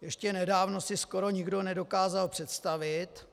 Ještě nedávno si skoro nikdo nedokázal představit,